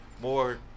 more